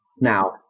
Now